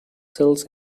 sales